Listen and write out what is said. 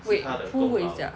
wait who 回家